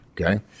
Okay